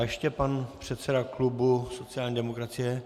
Ještě pan předseda klubu sociální demokracie.